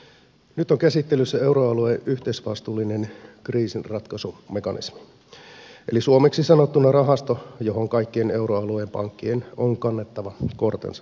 nyt on käsittelyssä euroalueen yhteisvastuullinen kriisinratkaisumekanismi eli suomeksi sanottuna rahasto johon kaikkien euroalueen pankkien on kannettava kortensa kekoon